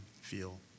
feel